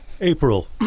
April